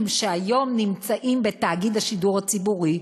שהיום נמצאים בתאגיד השידור הציבורי,